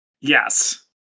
Yes